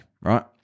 right